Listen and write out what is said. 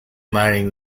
mailing